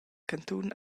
cantun